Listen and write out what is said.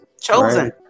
chosen